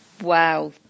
Wow